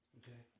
okay